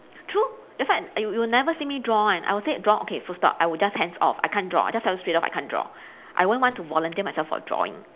true that's why you'll you'll never see me draw one I'll say draw okay full stop I will just hands off I can't draw I just tell them straight off I can't draw I won't want to volunteer myself for drawing